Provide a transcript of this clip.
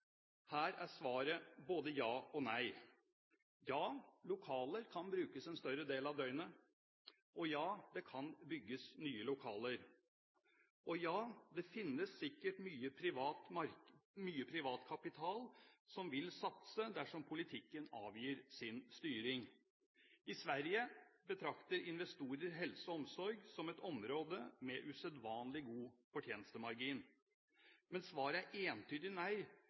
Her er svaret både ja og nei. Ja, lokaler kan brukes en større del av døgnet, ja, det kan bygges nye lokaler, og ja, det finnes sikkert mye privat kapital som vil satse dersom politikken avgir sin styring. I Sverige betrakter investorer helse og omsorg som et område med usedvanlig god fortjenestemargin. Men svaret er entydig nei